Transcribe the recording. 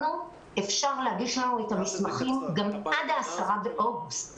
אפשר להגיש לנו את המסמכים גם עד 10 באוגוסט.